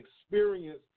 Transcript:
experience